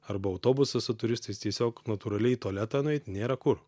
arba autobusas su turistais tiesiog natūraliai į tualetą nueit nėra kur